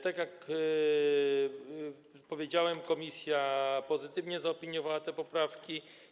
Tak jak powiedziałem, komisja pozytywnie zaopiniowała te poprawki.